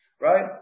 right